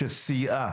שסייעה